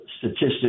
Statistics